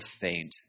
faint